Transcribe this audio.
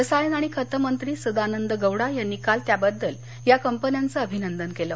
रसायन आणि खत मंत्री सदानंद गौडा यांनी काल त्याबद्दल या कंपन्यांचं अभिनंदन केलं